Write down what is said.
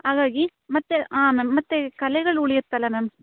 ಹಾಗಾಗಿ ಮತ್ತು ಆಂ ಮ್ಯಾಮ್ ಮತ್ತು ಕಲೆಗಳು ಉಳಿಯುತ್ತಲ ಮ್ಯಾಮ್